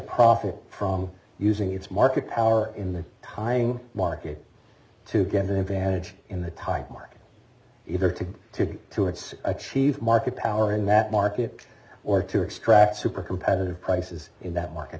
profit from using its market power in the tying market to get their vantage in the time market either to to to its achieve market power in that market or to extract super competitive prices in that market